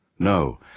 No